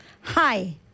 Hi